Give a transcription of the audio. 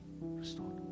restored